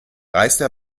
reiste